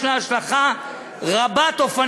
יש לה השלכה רבת-אופנים,